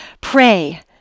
pray